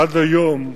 עד היום,